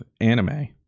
anime